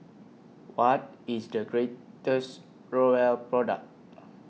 What IS The greatest Growell Product